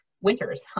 Winters